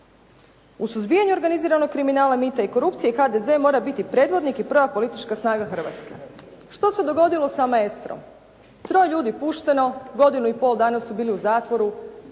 U suzbijanju organiziranog kriminala, mita i korupcije HDZ mora biti predvodnik i prva politička snaga Hrvatske." Što se dogodilo sa "Maestrom"? Troje je ljudi pušteno, godinu i pol dana su bili u zatvoru.